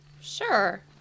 Sure